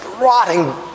rotting